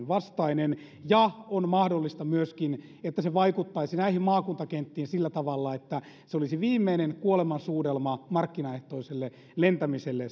vastainen ja on mahdollista myöskin että se vaikuttaisi näihin maakuntakenttiin sillä tavalla että se olisi viimeinen kuolemansuudelma markkinaehtoiselle lentämiselle